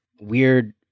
weird